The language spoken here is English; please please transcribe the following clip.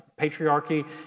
Patriarchy